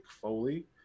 Foley